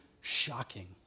shocking